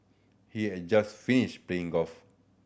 he had just finished playing golf